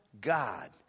God